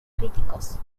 críticos